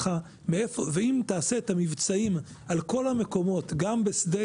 ואם תעשה את המבצעים על כל המקומות גם בשדה